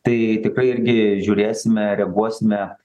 tai tikrai irgi žiūrėsime reaguosime